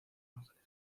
ángeles